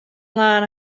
lân